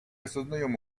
осознаем